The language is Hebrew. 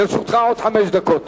לרשותך עוד חמש דקות.